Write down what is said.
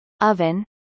oven